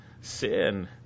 sin